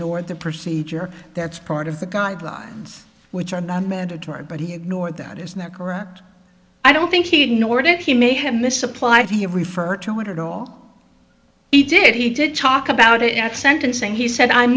the procedure that's part of the guidelines which are not mandatory but he ignored that isn't that correct i don't think he did nor did he may have misapplied to refer to it at all he did he did talk about it at sentencing he said i'm